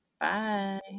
bye